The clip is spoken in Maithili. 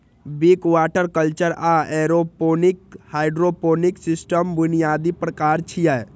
विक, वाटर कल्चर आ एयरोपोनिक हाइड्रोपोनिक सिस्टमक बुनियादी प्रकार छियै